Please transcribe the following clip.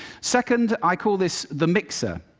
second, i call this the mixer.